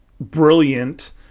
brilliant